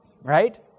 right